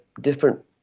different